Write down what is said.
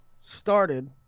started